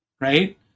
right